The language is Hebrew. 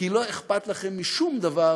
כי לא אכפת לכם משום דבר